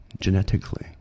genetically